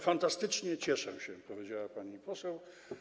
Fantastycznie, cieszę się - powiedziała pani poseł.